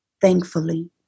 Thankfully